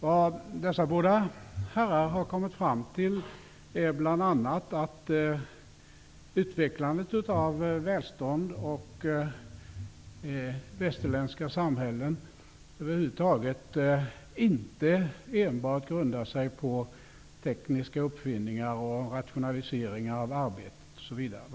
Vad dessa båda herrar har kommit fram till är bl.a. att utvecklandet av välstånd och västerländska samhällen över huvud taget inte enbart grundar sig på tekniska uppfinningar och rationaliseringar av arbete osv.